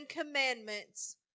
commandments